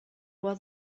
was